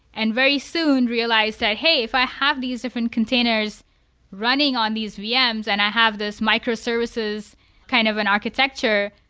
and very soon realized that, hey, if i have these different containers running on these vms and i have these microservices kind of an architecture,